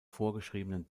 vorgeschriebenen